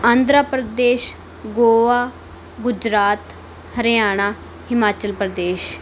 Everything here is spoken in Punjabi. ਆਂਧਰਾ ਪ੍ਰਦੇਸ਼ ਗੋਆ ਗੁਜਰਾਤ ਹਰਿਆਣਾ ਹਿਮਾਚਲ ਪ੍ਰਦੇਸ਼